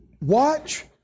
watch